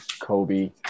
Kobe